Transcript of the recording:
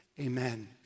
Amen